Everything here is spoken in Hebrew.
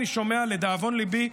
לדאבון ליבי,